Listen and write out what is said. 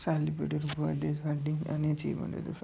celebrate वडे